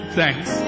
thanks